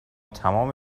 تمام